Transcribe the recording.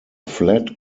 flat